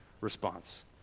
response